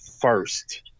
first